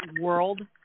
world